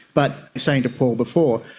but saying to paul before,